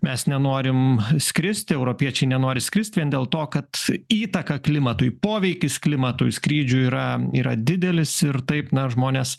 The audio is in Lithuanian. mes nenorim skristi europiečiai nenori skristi vien dėl to kad įtaką klimatui poveikis klimatui skrydžių yra yra didelis ir taip na žmonės